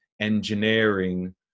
engineering